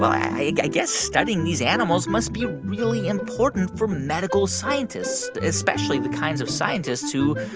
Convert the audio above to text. i guess studying these animals must be really important for medical scientists, especially the kinds of scientists who,